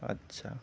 আচ্ছা